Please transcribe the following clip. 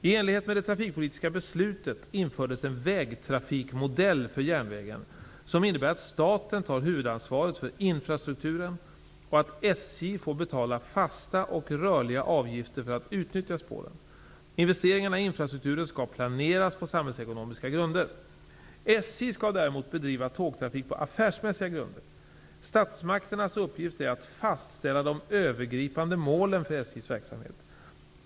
I enlighet med det trafikpolitiska beslutet infördes en vägtrafikmodell för järnvägen som innebär att staten tar huvudansvaret för infrastrukturen och att SJ får betala fasta och rörliga avgifter för att utnyttja spåren. Investeringarna i infrastrukturen skall planeras på samhällsekonomiska grunder. SJ skall däremot bedriva tågtrafik på affärsmässiga grunder. Statsmakternas uppgift är att fastställa de övergripande målen för SJ:s verksamhet.